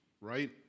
right